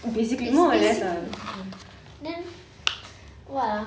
it's basically the same then what ah